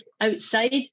outside